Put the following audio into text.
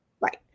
Right